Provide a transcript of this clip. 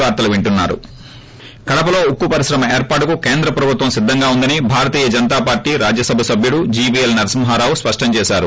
break కడపలో ఉక్కు పరిశ్రమ ఏర్పాటుకు కేంద్రం ప్రభుత్వం సిద్దంగా ఉందని భారతీయ జనతా పార్లీ రాజ్యసభ సభ్యుడు జీవీఎల్ నరసింహారావు స్పష్టం చేసారు